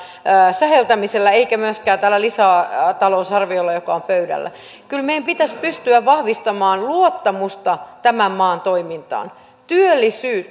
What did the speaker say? säheltämisellä eikä myöskään tällä lisätalousarviolla joka on pöydällä kyllä meidän pitäisi pystyä vahvistamaan luottamusta tämän maan toimintaan työllisyys